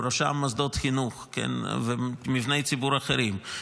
ובראשם מוסדות חינוך ומבני ציבור אחרים,